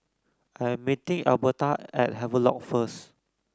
I am meeting Elberta at Havelock first